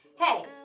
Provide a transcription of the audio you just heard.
hey